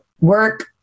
work